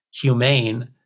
humane